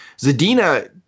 Zadina